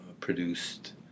produced